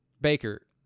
Baker